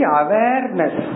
awareness